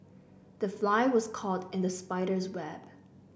the fly was caught in the spider's web